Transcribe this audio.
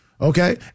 Okay